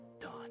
done